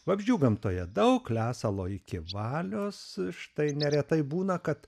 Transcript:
vabzdžių gamtoje daug lesalo iki valios štai neretai būna kad